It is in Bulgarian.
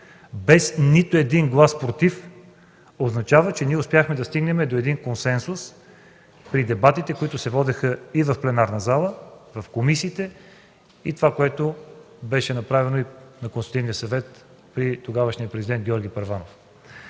без нито един глас „против” означава, че ние успяхме да стигнем до един консенсус при дебатите, които се водеха и в пленарната зала, в комисиите и това, което беше направено на Консултативния съвет при тогавашния президент Георги Първанов.